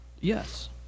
yes